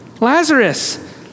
Lazarus